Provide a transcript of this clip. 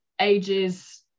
ages